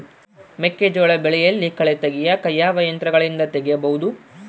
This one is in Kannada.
ಮೆಕ್ಕೆಜೋಳ ಬೆಳೆಯಲ್ಲಿ ಕಳೆ ತೆಗಿಯಾಕ ಯಾವ ಯಂತ್ರಗಳಿಂದ ತೆಗಿಬಹುದು?